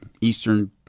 Eastern